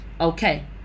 okay